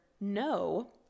no